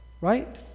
right